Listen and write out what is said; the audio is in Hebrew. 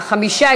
חמישה.